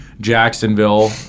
Jacksonville